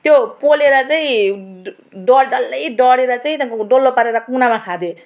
त्यो पोलेर चाहिँ ड डल्लै डढेर चाहिँ त्यहाँदेखिको डल्लो पारेर कुनामा खाँदेँ